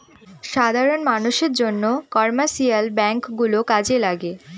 সাধারন মানষের জন্য কমার্শিয়াল ব্যাঙ্ক গুলো কাজে লাগে